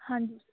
ਹਾਂਜੀ